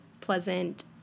pleasant